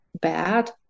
bad